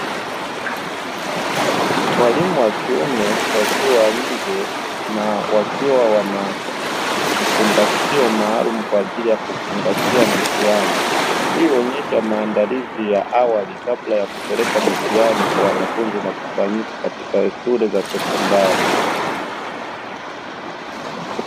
Waalimu wa kiume wakiwa nje na wakiwa na vifungashio maalumu kwa ajili ya kufungashia mitihani. Hii huonesha maandalizi ya awali kabla ya kupeleka mitihani kwa wanafunzi na kufanyika katika shule za sekondari.